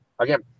Again